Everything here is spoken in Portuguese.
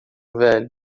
velho